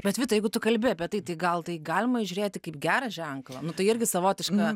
bet vita jeigu tu kalbi apie tai gal tai galima įžiūrėti kaip gerą ženklą nu tai irgi savotiška